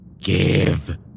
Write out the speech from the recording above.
give